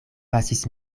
pasis